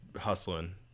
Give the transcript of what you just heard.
hustling